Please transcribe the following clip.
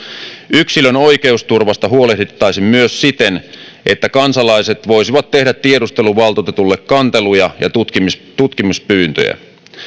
yksilön oikeusturvasta huolehdittaisiin myös siten että kansalaiset voisivat tehdä tiedusteluvaltuutetulle kanteluja ja tutkimuspyyntöjä